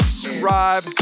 Subscribe